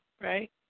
right